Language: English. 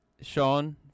Sean